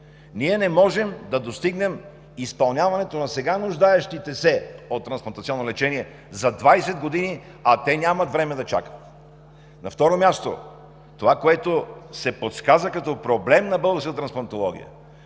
ние не можем да достигнем изпълняването на сега нуждаещите се от трансплантационно лечение за 20 години, а те нямат време да чакат. На второ място, това, което се подсказа като проблем на българската трансплантология,